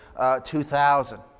2000